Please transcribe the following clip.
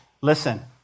Listen